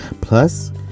Plus